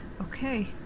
okay